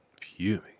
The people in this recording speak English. Fuming